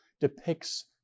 depicts